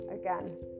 again